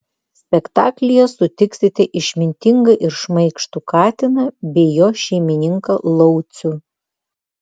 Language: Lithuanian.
spektaklyje sutiksite išmintingą ir šmaikštų katiną bei jo šeimininką laucių